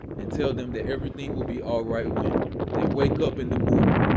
and tell them that everything will be alright when they wake up in the morning.